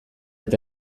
eta